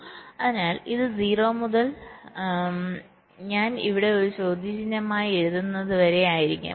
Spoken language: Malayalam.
അതിനാൽ ഇത് 0 മുതൽ ഞാൻ ഇവിടെ ഒരു ചോദ്യചിഹ്നമായി എഴുതുന്നത് വരെ ആയിരിക്കും